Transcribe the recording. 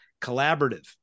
collaborative